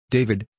David